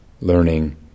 learning